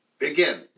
again